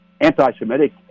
anti-Semitic